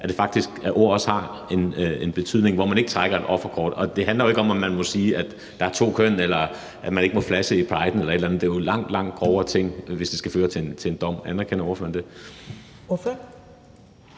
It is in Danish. at ordene faktisk har en betydning, og hvor man ikke trækker et offerkort. Det handler jo ikke om, om man må sige, at der er to køn, eller at man ikke må flashe i priden eller et eller andet. Det er jo langt, langt grovere ting, hvis det skal føre til en dom. Anerkender ordføreren